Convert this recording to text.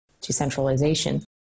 decentralization